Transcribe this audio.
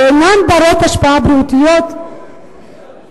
ואין לה השפעה בריאותית על